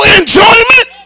enjoyment